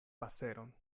paseron